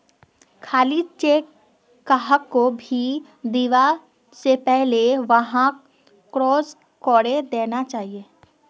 खाली चेक कहाको भी दीबा स पहले वहाक क्रॉस करे देना चाहिए